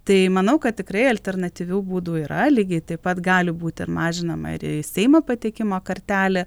tai manau kad tikrai alternatyvių būdų yra lygiai taip pat gali būt ir mažinama ir į seimą patekimo kartelė